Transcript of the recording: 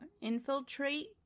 infiltrate